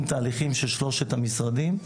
עם תהליכים של שלושת המשרדים,